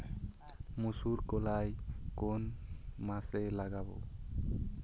মুসুর কলাই কোন মাসে লাগাব?